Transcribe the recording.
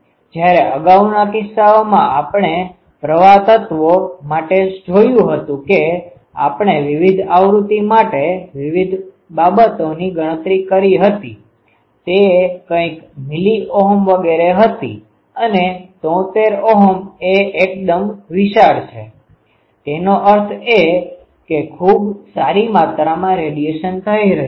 જ્યારે અગાઉના કિસ્સાઓમાં આપણે પ્રવાહ તત્વો માટે જોયું હતું કે આપણે વિવિધ આવૃત્તિ માટે વિવિધ બાબતોની ગણતરી કરી હતી તે કઈક મિલિઓહમ વગેરે હતી અને 73Ω એ એકદમ વિશાળ છે તેનો અર્થ એ કે ખૂબ સારી માત્રામાં રેડીયેશન થઈ રહ્યું છે